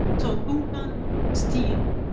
so but um steel.